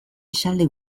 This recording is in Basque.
esaldi